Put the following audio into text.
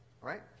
right